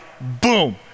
boom